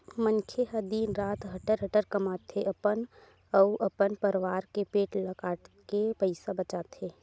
मनखे ह दिन रात हटर हटर कमाथे, अपन अउ अपन परवार के पेट ल काटके पइसा बचाथे